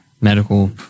medical